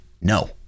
no